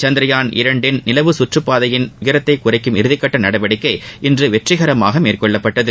சந்திரயான் இரண்டின் நிலவு குற்று வட்டப் பாதையின் உயரத்தை குறைக்கும் இறுதிக்கட்ட நடவடிக்கை இன்று வெற்றிகரமாக மேற்கொள்ளப்பட்டது